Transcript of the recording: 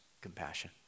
compassion